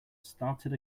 started